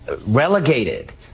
relegated